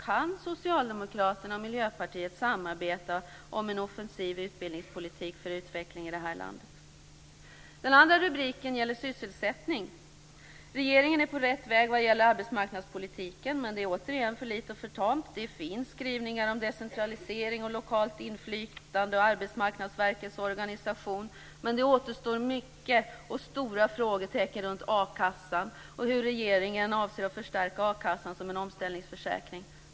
Kan Socialdemokraterna och Miljöpartiet samarbeta om en offensiv utbildningspolitik för utveckling i det här landet? Det andra området är sysselsättningen. Regeringen är på rätt väg vad gäller arbetsmarknadspolitiken men det är återigen för litet och för tamt. Det finns skrivningar om decentralisering och lokalt inflytande och om Arbetsmarknadsverkets organisation men många och stora frågetecken återstår kring a-kassan och hur regeringen avser att förstärka den som en omställningsförsäkring.